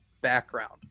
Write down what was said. background